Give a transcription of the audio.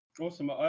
Awesome